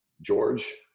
George